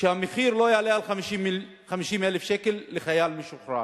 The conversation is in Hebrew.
שהמחיר לא יעלה על 50,000 שקל לחייל משוחרר.